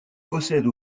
possède